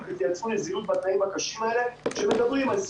בסדר, חמש דקות כל השאלות.